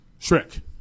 Shrek